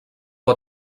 dur